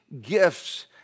gifts